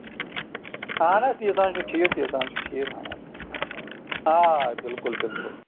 اَہَن حظ تیٖژہان چھُ ٹھیٖک تیٖژہان چھُ ٹھیٖک اَہَن حظ آ آ بِلکُل بِلکُل